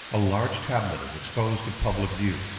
a large tablet is exposed to public view,